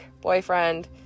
boyfriend